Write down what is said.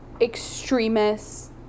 extremists